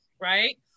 Right